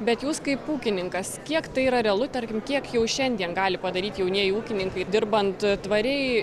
bet jūs kaip ūkininkas kiek tai yra realu tarkim kiek jau šiandien gali padaryti jaunieji ūkininkai dirbant tvariai